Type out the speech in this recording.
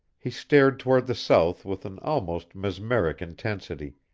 he stared toward the south with an almost mesmeric intensity,